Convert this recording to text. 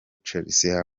chelsea